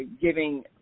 giving